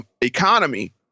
economy